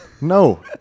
No